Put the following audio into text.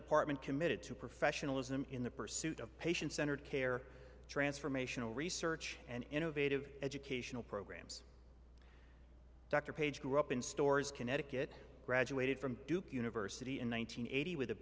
department committed to professionalism in the pursuit of patient centered care transformational research and innovative educational programs dr page grew up in stores connecticut graduated from duke university in one nine hundred eighty with a